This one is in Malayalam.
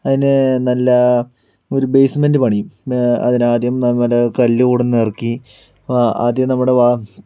അതിന് നല്ല ഒരു ബെയ്സ്മെന്റ് പണിയും അതിനാദ്യം നല്ല കല്ല് കൊണ്ടുവന്നിറക്കി ആദ്യം നമ്മുടെ വാ